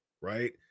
right